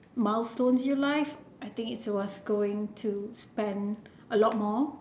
milestones in your life I think it's worth going to spend a lot more